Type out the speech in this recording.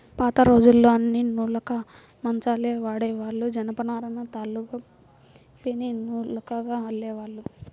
పాతరోజుల్లో అన్నీ నులక మంచాలే వాడేవాళ్ళు, జనపనారను తాళ్ళుగా పేని నులకగా అల్లేవాళ్ళు